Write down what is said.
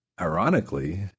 Ironically